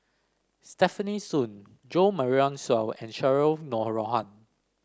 Stefanie Sun Jo Marion Seow and Cheryl Noronha